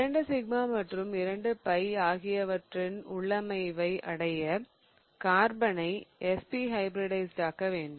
இரண்டு சிக்மா மற்றும் இரண்டு பை ஆகியவற்றின் உள்ளமைவை அடைய கார்பனை sp ஹைபிரிடைஸிடாக்க வேண்டும்